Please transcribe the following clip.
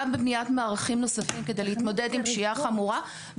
גם בבניית מערכים נוספים כדי להתמודד עם פשיעה חמורה,